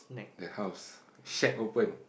the house shack open